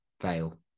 fail